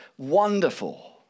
Wonderful